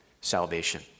salvation